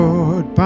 Lord